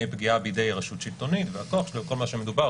פגיעה בידי רשות שלטונית וכל מה שמדובר,